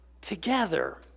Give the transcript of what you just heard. together